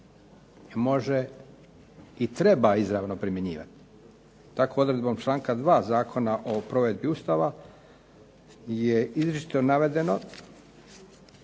može i treba izravno primjenjivati. Tako odredbom članka 2. Zakona o provedbi Ustava je izričito navedeno